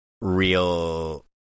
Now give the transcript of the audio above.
real